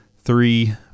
three